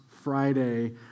Friday